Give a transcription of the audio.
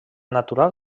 natural